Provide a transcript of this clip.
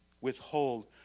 withhold